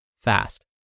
fast